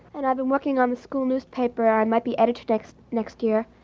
and i've been working on the school newspaper. i might be editor next next year